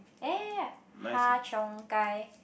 ya ya ya har-cheong-gai